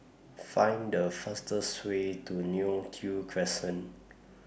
Find The fastest Way to Neo Tiew Crescent